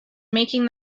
making